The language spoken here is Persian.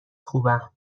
خوبم